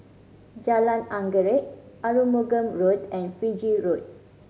Jalan Anggerek Arumugam Road and Fiji Road